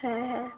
হ্যাঁ হ্যাঁ